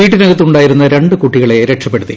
വീട്ടിനകത്ത് ഉണ്ടായിരുന്ന രണ്ട് കുട്ടികളെ രക്ഷപ്പെടുത്തി